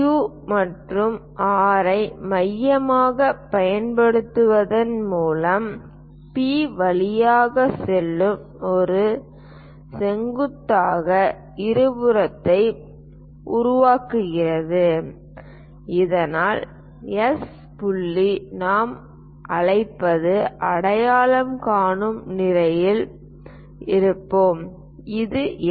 Q மற்றும் R ஐ மையங்களாகப் பயன்படுத்துவதன் மூலம் P வழியாகச் செல்லும் ஒரு செங்குத்தாக இருபுறத்தை உருவாக்குகிறது இதனால் S புள்ளி நாம் அழைப்பதை அடையாளம் காணும் நிலையில் இருப்போம் இது எஸ்